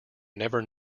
never